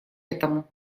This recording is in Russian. этому